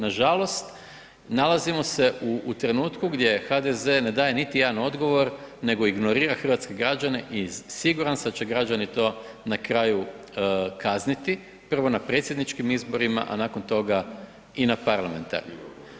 Nažalost, nalazimo se u trenutku gdje HDZ ne daje niti jedan odgovor nego ignorira hrvatske građane i siguran sam da će građani to na kraju kazniti, prvo na predsjedničkim izborima, a nakon toga na parlamentarnim.